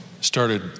started